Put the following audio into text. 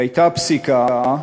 והייתה פסיקה,